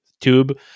tube